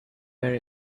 where